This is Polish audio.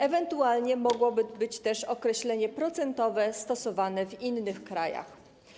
Ewentualnie mogłoby też być określenie procentowe stosowane w innych krajach.